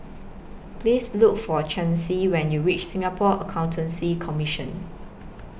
Please Look For Chancey when YOU REACH Singapore Accountancy Commission